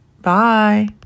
Bye